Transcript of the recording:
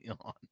on